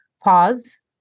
pause